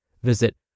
Visit